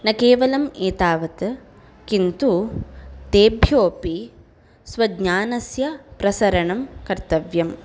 न केवलम् एतावत् किन्तु तेभ्योपि स्वज्ञानस्य प्रसरणं कर्तव्यम्